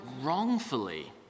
wrongfully